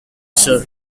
sir